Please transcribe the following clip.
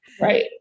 right